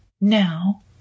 Now